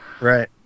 Right